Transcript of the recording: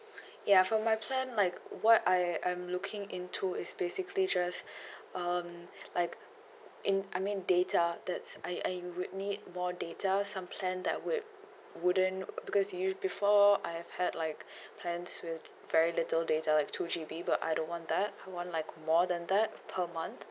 ya for my plan like what I I'm looking into is basically just um like in I mean data that's I I would need more data some plan that would wouldn't because used before I have had like plans with very little data two G_B but I don't want that I want like more than that per month